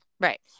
Right